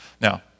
Now